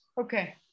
okay